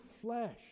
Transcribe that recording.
flesh